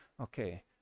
Okay